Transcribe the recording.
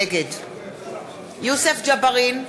נגד יוסף ג'בארין,